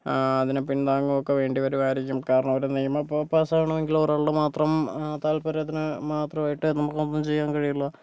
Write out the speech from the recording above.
അതിന് പിന്താങ്ങുകയൊക്കെ വേണ്ടി വരുമായിരിക്കും കാരണം അവര്ടെ നിയമം പാസ്സാവണമെങ്കിൽ ഒരാളുടെ മാത്രം താല്പര്യത്തിന് മാത്രമായിട്ട് നമുക്കൊന്നും ചെയ്യാൻ കഴിയില്ല